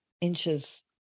inches